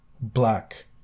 black